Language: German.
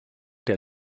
der